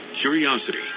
curiosity